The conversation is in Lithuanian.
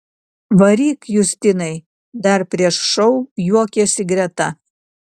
varyk justinai dar prieš šou juokėsi greta